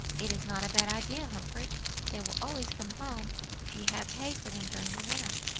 it is not a bad idea, humphrey they will always come home if you have hay for them during the winter.